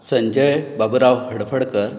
Sanjay Baburao Hadfadkar